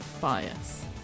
bias